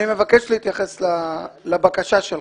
אני מבקש להתייחס לבקשה שלך.